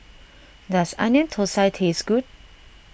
does Onion Thosai taste good